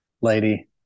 lady